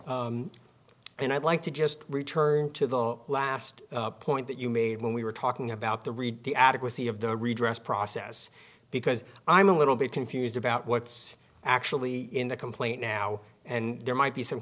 e and i'd like to just return to the last point that you made when we were talking about the read the adequacy of the redress process because i'm a little bit confused about what's actually in the complaint now and there might be some